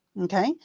Okay